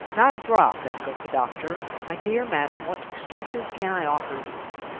not a drop! echoed the doctor. my dear madam, what excuses can i offer you?